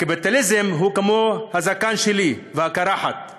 הקפיטליזם הוא כמו הזקן והקרחת שלי